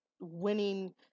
winning